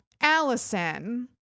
Allison